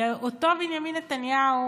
ואותו בנימין נתניהו